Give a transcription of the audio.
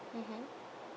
mmhmm